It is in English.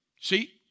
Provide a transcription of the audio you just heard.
See